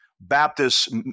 Baptist